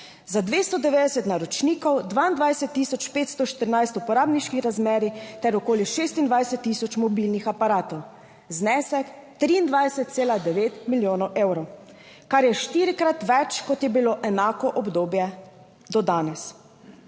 Za 290 naročnikov 22514 uporabniških razmerij ter okoli 26000 mobilnih aparatov znesek 23,9 milijonov evrov, kar je štirikrat več, kot je bilo enako obdobje do danes.